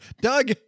Doug